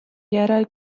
järel